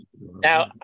Now